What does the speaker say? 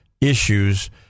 issues